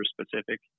specific